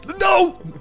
No